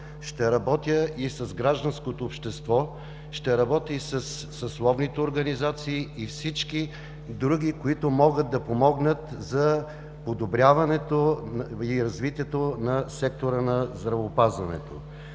Ще работя и с гражданското общество, ще работя и със съсловните организации, и с всички други, които могат да помогнат за подобряване и развитие на сектора на здравеопазването.